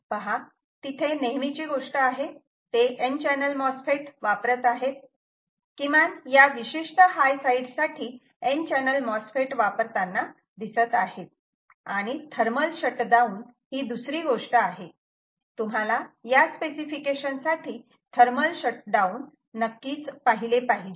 पहा तिथे नेहमीची गोष्ट आहे ते n चॅनल MOSFET वापरत आहेत किमान या विशिष्ट हाय साईड साठी n चॅनल MOSFET वापरताना दिसत आहेत आणि थर्मल शटडाऊन ही दुसरी गोष्ट आहे तुम्हाला या स्पेसिफिकेशन साठी थर्मल शटडाऊन नक्कीच पाहिले पाहिजे